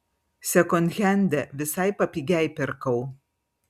sekondhende visai papigiai pirkau